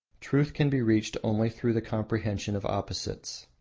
truth can be reached only through the comprehension of opposites.